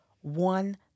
one